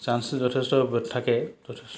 চান্সটো যথেষ্ট থাকে যথেষ্ট